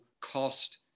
cost